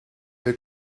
wir